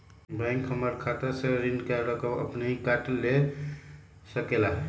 Bank हमार खाता से ऋण का रकम अपन हीं काट ले सकेला?